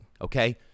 okay